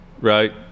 right